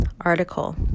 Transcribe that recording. article